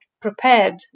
prepared